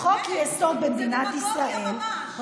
חוק-יסוד במדינת ישראל,